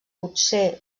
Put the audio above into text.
potser